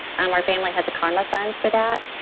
um our family has a karma fund for that.